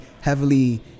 heavily